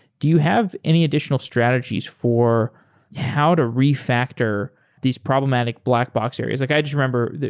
do you have any additional strategies for how to re-factor these problematic black box areas? like i just remember,